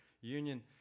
Union